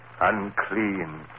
unclean